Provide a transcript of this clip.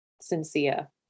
sincere